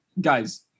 guys